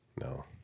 No